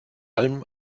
allem